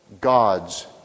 God's